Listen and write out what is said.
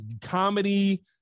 comedy